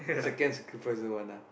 second sacrificer one ah